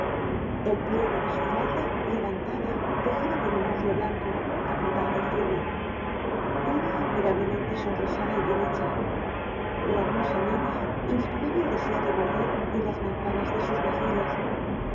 el pliegue de su falda levantada dejaba ver un muslo blanco apretado y firme era admirablemente sonrosada y bien hecha la hermosa niña inspiraba el deseo de morder en las manzanas de sus mejillas